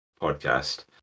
podcast